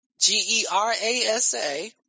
G-E-R-A-S-A